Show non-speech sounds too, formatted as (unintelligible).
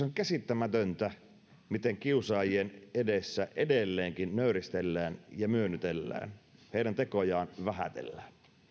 (unintelligible) on käsittämätöntä miten kiusaajien edessä edelleenkin nöyristellään ja myönnytellään heidän tekojaan vähätellään